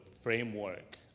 framework